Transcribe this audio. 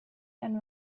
and